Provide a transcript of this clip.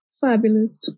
fabulous